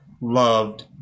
loved